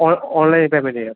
on online payment ചെയ്യാം